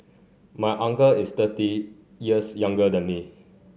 my uncle is thirty years younger than me